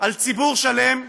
על ציבור שלם,